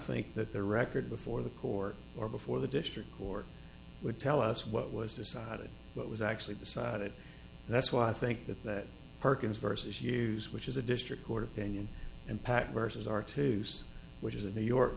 think that the record before the court or before the district court would tell us what was decided what was actually decided and that's why i think that that perkins versus use which is a district court opinion and packers are two sides which is a new york